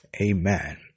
Amen